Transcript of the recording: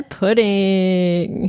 pudding